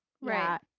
Right